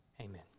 Amen